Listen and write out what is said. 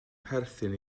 perthyn